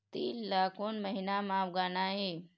तील ला कोन महीना म उगाना ये?